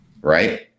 right